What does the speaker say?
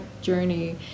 journey